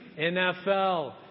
NFL